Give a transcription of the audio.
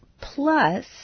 plus